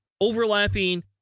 overlapping